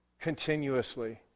continuously